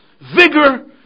vigor